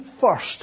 first